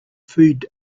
food